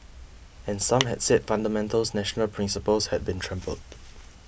and some had said fundamental national principles had been trampled